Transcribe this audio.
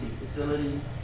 facilities